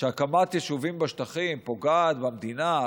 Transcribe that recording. שהקמת יישובים בשטחים פוגעת במדינה,